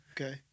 Okay